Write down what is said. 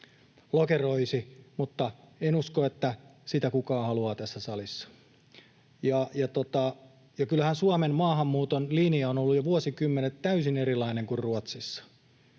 lokeroisi — en usko, että sitä kukaan haluaa tässä salissa. Kyllähän Suomen maahanmuuton linja on ollut jo vuosikymmenet täysin erilainen kuin Ruotsissa.